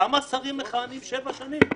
כמה שרים מכהנים שבע שנים?